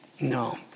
No